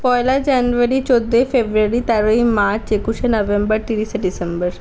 পয়লা জানুয়ারি চোদ্দই ফেব্রুয়ারি তেরোই মার্চ একুশে নভেম্বর তিরিশে ডিসেম্বর